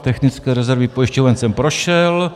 Technické rezervy pojišťoven jsem prošel.